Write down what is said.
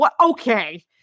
Okay